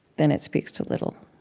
then it speaks to little.